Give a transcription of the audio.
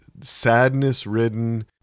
sadness-ridden